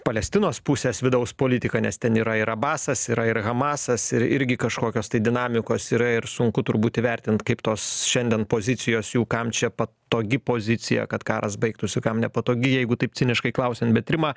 palestinos pusės vidaus politiką nes ten yra ir abasas yra ir hamasas ir irgi kažkokios tai dinamikos yra ir sunku turbūt įvertint kaip tos šiandien pozicijos jų kam čia patogi pozicija kad karas baigtųsi kam nepatogi jeigu taip ciniškai klausiant bet rima